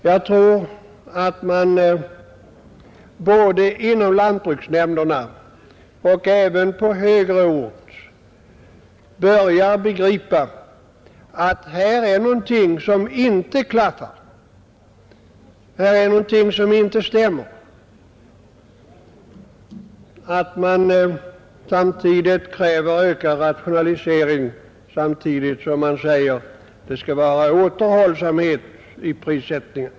Jag tror att man både inom lantbruksnämnderna och på högre ort börjar begripa att här är någonting som inte klaffar, här är någonting som inte stämmer, när man kräver ökad rationalisering samtidigt som man säger att det skall vara återhållsamhet i prissättningen.